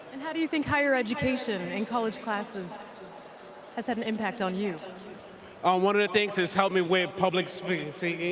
and how do you think higher education and college classes has had an impact on you? jose ah one of the things has helped me with public speaking